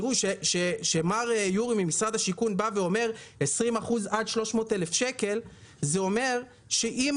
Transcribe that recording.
כשמר יורי ממשרד השיכון אומר 20% עד 300,000 שקל זה אומר שאם